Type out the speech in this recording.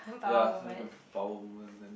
ya suddenly become power woman then